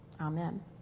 Amen